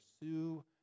pursue